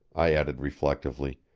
i added reflectively,